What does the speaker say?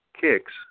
kicks